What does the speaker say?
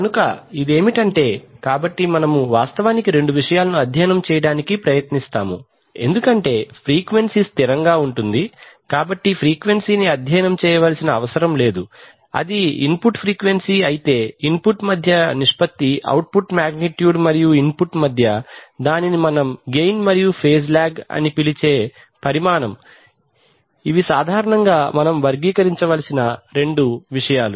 కనుక ఇదేమిటంటే కాబట్టి మనము వాస్తవానికి రెండు విషయాలను అధ్యయనం చేయడానికి ప్రయత్నిస్తాము ఎందుకంటే ఫ్రీక్వెన్సీ స్థిరంగా ఉంటుంది కాబట్టి ఫ్రీక్వెన్సీని అధ్యయనం చేయవలసిన అవసరం లేదు అది ఇన్పుట్ ఫ్రీక్వెన్సీ అయితే ఇన్పుట్ మధ్య నిష్పత్తి అవుట్పుట్ మాగ్నిట్యూడ్ మరియు ఇన్పుట్ మధ్య దానిని మనం గెయిన్ మరియు ఫేజ్ లాగ్ అని పిలిచే పరిమాణం ఇవి సాధారణంగా మనము వర్గీకరించవలసిన రెండు విషయాలు